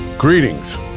Greetings